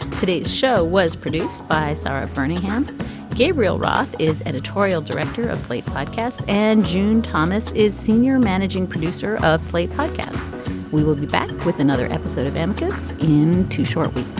today's show was produced by sara bernie. um gabriel roth is editorial director of slate podcast and june thomas is senior managing producer of slate podcast we will be back with another episode of emphasis in two short week